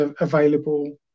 available